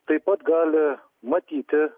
taip pat gali matyti